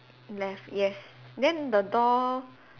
left yes then the door